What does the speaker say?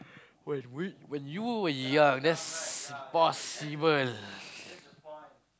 when we when you were young that's possible